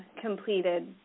completed